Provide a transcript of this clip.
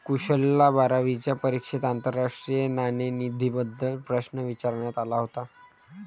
कुशलला बारावीच्या परीक्षेत आंतरराष्ट्रीय नाणेनिधीबद्दल प्रश्न विचारण्यात आला होता